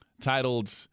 Titled